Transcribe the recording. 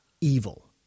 evil